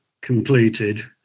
completed